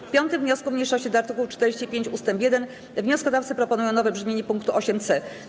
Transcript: W 5. wniosku mniejszości do art. 45 ust. 1 wnioskodawcy proponują nowe brzmienie pkt 8c.